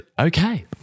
okay